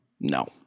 no